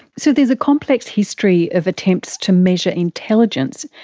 so there's a complex history of attempts to measure intelligence,